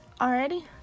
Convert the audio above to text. Already